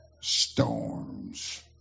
storms